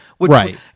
Right